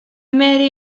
mary